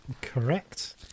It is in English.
Correct